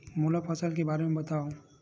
मोला फसल के बारे म बतावव?